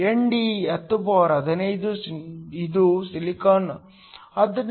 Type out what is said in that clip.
ND 1015 ಇದು silicon ಆದ್ದರಿಂದ ni 1010